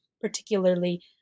particularly